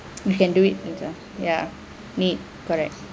you can do it later ya need correct